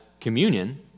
communion